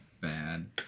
bad